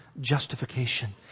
justification